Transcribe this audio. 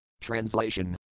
Translation